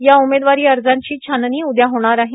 या उमेदवारी अर्जाची छाननी उद्या होणार आहे